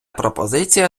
пропозиція